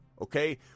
okay